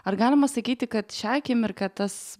ar galima sakyti kad šią akimirką tas